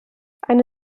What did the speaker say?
eine